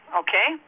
okay